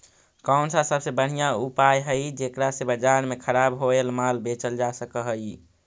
कौन सा सबसे बढ़िया उपाय हई जेकरा से बाजार में खराब होअल माल बेचल जा सक हई?